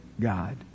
God